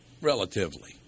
Relatively